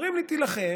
אומרים לי: תילחם,